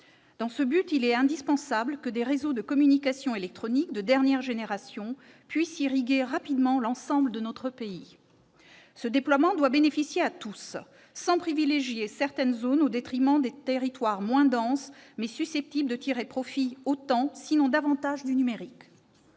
Dans ce but, il est indispensable que des réseaux de communications électroniques de dernière génération puissent irriguer rapidement l'ensemble de notre pays. Ce déploiement doit bénéficier à tous, sans privilégier certaines zones au détriment de territoires moins denses, mais susceptibles de tirer profit autant sinon davantage du numérique.